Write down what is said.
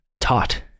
taught